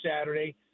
Saturday